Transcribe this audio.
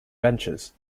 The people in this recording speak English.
ventures